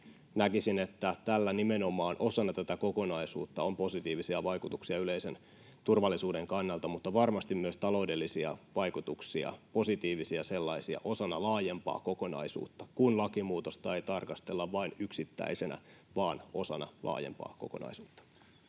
Näkisin, että tällä nimenomaan osana tätä kokonaisuutta on positiivisia vaikutuksia yleisen turvallisuuden kannalta, mutta varmasti myös taloudellisia vaikutuksia — positiivisia sellaisia — osana laajempaa kokonaisuutta, kun lakimuutosta ei tarkastella vain yksittäisenä, vaan osana laajempaa kokonaisuutta.